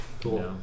Cool